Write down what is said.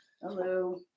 Hello